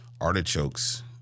artichokes